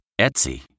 Etsy